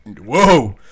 whoa